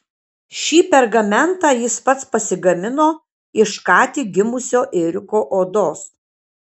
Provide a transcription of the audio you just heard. šį pergamentą jis pats pasigamino iš ką tik gimusio ėriuko odos